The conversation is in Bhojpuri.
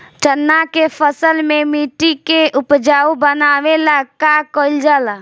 चन्ना के फसल में मिट्टी के उपजाऊ बनावे ला का कइल जाला?